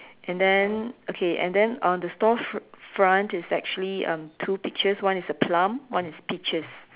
and then okay and then on the store fr~ front is actually um two pictures one is a plum one is peaches